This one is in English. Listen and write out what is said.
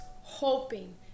hoping